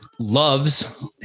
loves